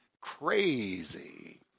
crazy